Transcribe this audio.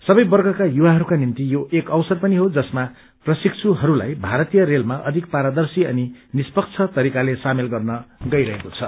सबै वर्गका युवाहरूका निम्ति यो एक अवसर पनि जो जसमा प्रशिक्षुहरूलाई भारतीय रेलमा अविक पारदर्शी अनि निष्पक्ष तरीकाले सामेल गर्न गइरहेको छ